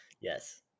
yes